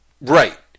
right